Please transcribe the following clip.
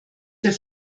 der